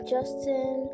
Justin